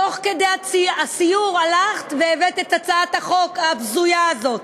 תוך כדי הסיור הלכת והבאת את הצעת החוק הבזויה הזאת.